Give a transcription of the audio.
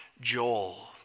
Joel